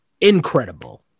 incredible